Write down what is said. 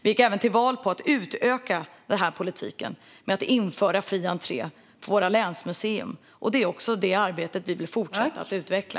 Vi gick även till val på att utöka den här politiken med att införa fri entré till våra länsmuseer. Det är ett arbete som vi vill fortsätta att utveckla.